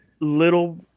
little